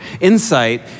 insight